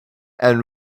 and